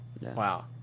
Wow